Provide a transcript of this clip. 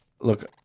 Look